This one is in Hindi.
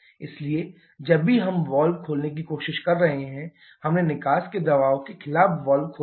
इसलिए जब भी हम वाल्व खोलने की कोशिश कर रहे हैं हमने निकास के दबाव के खिलाफ वाल्व खोला है